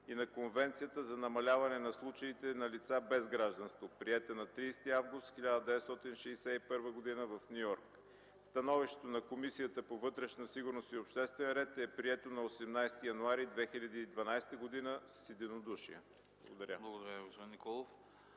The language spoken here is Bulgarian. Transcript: и на Конвенцията за намаляване на случаите на лица без гражданство, приета на 30 август 1961 г. в Ню Йорк. Становището на Комисията по вътрешна сигурност и обществен ред е прието на 18 януари 2012 г. с единодушие.” Благодаря.